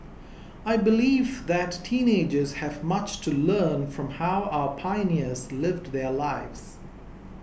I believe that teenagers have much to learn from how our pioneers lived their lives